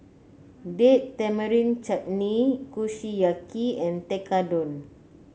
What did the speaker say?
Date Tamarind Chutney Kushiyaki and Tekkadon